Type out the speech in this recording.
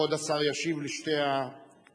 כבוד השר ישיב על שתי ההתייחסויות.